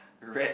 rats